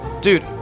dude